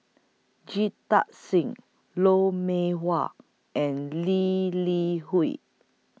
Jita Singh Lou Mee Wah and Lee Li Hui